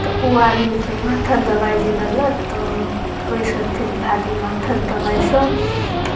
तऽ ओ आदमीते माथक दवाइ जे देलत तऽ ओहिसँ ठीत भए देल माथत दवाइसँ